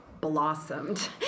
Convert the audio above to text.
blossomed